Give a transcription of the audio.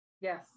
Yes